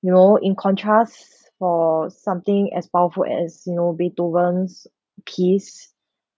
you know in contrast for something as powerful as you know beethoven's piece